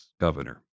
governor